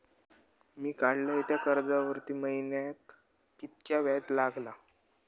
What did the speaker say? मी काडलय त्या कर्जावरती महिन्याक कीतक्या व्याज लागला?